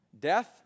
death